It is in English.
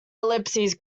ellipses